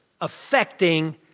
affecting